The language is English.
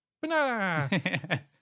banana